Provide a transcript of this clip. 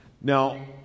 Now